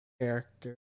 character